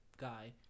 guy